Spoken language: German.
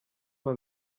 man